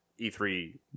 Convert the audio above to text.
E3